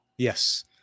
Yes